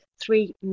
three